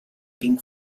pink